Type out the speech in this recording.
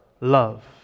love